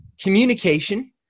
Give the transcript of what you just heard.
communication